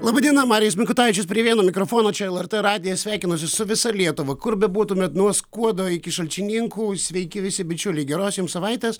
laba diena marijus mikutavičius prie vieno mikrofono čia lrt radijas sveikinasi su visa lietuva kur bebūtumėt nuo skuodo iki šalčininkų sveiki visi bičiuliai geros jums savaitės